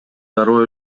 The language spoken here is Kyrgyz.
дароо